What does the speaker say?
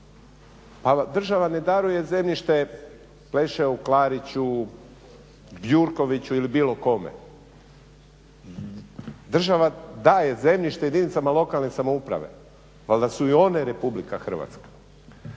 Pa država ne daruje zemljište Plešeu, Klariću, Gjurkoviću ili bilo kome, država daje zemljište jedinicama lokalne samouprave. Valjda su i one Republika Hrvatska.